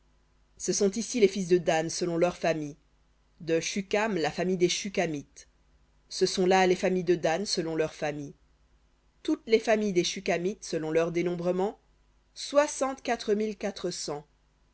ce sont ici les fils de dan selon leurs familles de shukham la famille des shukhamites ce sont là les familles de dan selon leurs familles toutes les familles des shukhamites selon leur dénombrement